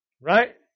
Right